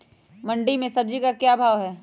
मंडी में सब्जी का क्या भाव हैँ?